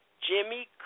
Jimmy